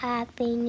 Happy